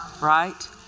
right